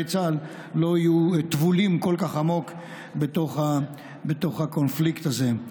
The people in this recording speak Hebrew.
צה"ל לא יהיו טבולים כל כך עמוק בתוך הקונפליקט הזה.